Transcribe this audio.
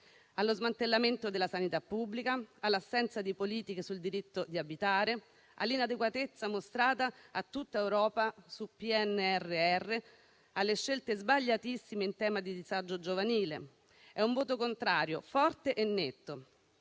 allo smantellamento della sanità pubblica, all'assenza di politiche sul diritto di abitare, all'inadeguatezza mostrata a tutta Europa sul PNRR, alle scelte sbagliatissime in tema di disagio giovanile. È un voto contrario forte e netto,